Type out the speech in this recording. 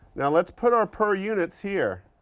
now let's put our per units here,